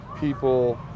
people